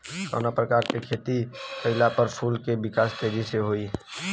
कवना प्रकार से खेती कइला पर फूल के विकास तेजी से होयी?